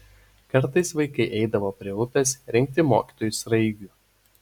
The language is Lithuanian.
kartais vaikai eidavo prie upės rinkti mokytojui sraigių